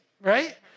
right